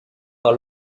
par